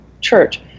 church